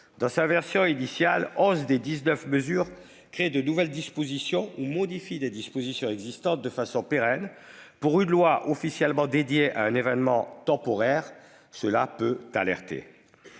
dans sa version initiale créent de nouvelles dispositions ou modifient des dispositions existantes de façon durable : pour une loi officiellement dédiée à un événement temporaire, cela peut nous alerter.